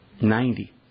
Ninety